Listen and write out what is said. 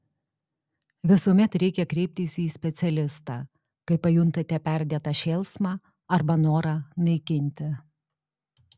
visuomet reikia kreiptis į specialistą kai pajuntate perdėtą šėlsmą arba norą naikinti